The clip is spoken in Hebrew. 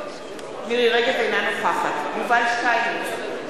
אינה נוכחת יובל שטייניץ,